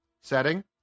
setting